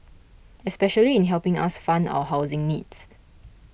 especially in helping us fund our housing needs